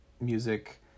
music